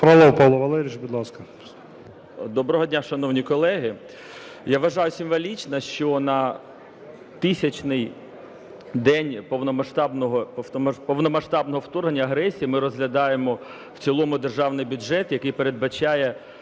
Доброго дня, шановні колеги. Я вважаю символічно, що на 1000-й день повномасштабного вторгнення, агресії ми розглядаємо в цілому державний бюджет, який передбачає